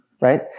right